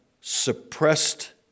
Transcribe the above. suppressed